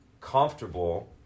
comfortable